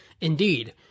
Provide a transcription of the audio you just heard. Indeed